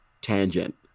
tangent